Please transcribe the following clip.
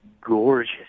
gorgeous